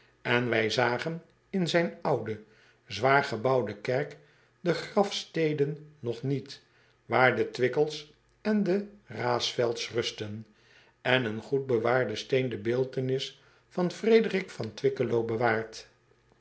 en wij zagen in zijn oude zwaar gebouwde kerk de grafsteden nog niet waar de wickels en de aesfelds rusten en een goed bewaarde steen de beeldtenis van rederik van wickelo bewaart